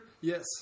yes